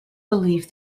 belief